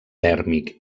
tèrmic